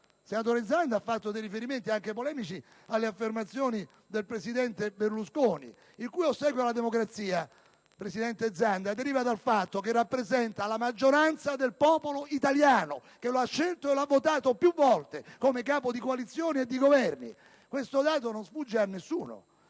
senatore Zanda ha fatto riferimenti anche polemici alle affermazioni del presidente Berlusconi, il cui ossequio alla democrazia deriva dal fatto di rappresentare la maggioranza del popolo italiano, che lo ha scelto e lo ha votato più volte come capo di coalizione e di Governo, dato questo che non sfugge a nessuno: